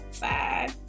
Bye